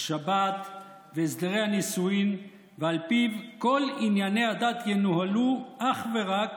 השבת והסדרי הנישואין ועל פיו כל ענייני הדת ינוהלו אך ורק